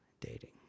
dating